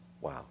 Wow